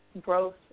growth